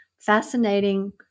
Fascinating